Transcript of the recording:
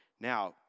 Now